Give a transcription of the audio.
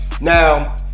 Now